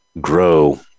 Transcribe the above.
grow